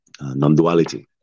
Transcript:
non-duality